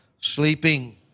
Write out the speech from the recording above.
sleeping